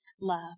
love